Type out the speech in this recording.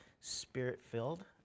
spirit-filled